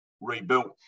rebuilt